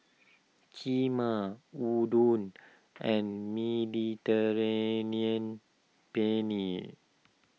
Kheema Udon and Mediterranean Penne